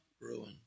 ruin